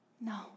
No